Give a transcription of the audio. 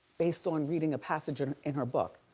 based on reading a passage in in her book,